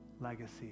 legacy